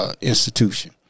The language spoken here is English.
Institution